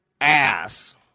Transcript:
ass